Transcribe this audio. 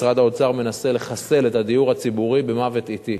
משרד האוצר מנסה לחסל את הדיור הציבורי במוות אטי